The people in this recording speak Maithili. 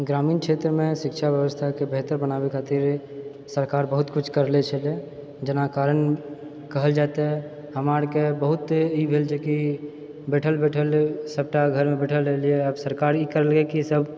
ग्रामीण क्षेत्रमे शिक्षा व्यवस्थाके बेहतर बनाबै खातिर सरकार बहुत किछु करले छलै जेना कारण कहल जाइ तऽ हमरा आरके बहुत ई भेल जेकि बैठल बैठल सभटा घरमे बैठल रहलिऐ आब सरकार ई करलिऐ कि सभ